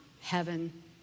heaven